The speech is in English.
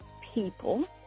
people